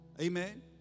Amen